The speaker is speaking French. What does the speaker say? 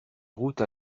routes